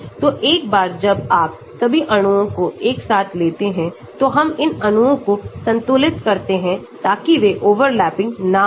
तो एक बार जब आप सभी अणुओं को एक साथ लाते हैं तो हम इन अणुओं को संतुलित करते हैं ताकि वे ओवरलैपिंग न हों